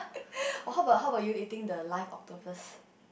oh how bout how bout you eating the live octopus